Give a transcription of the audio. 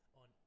on